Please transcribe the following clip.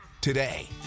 today